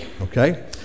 okay